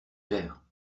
perds